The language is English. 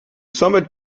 summit